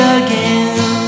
again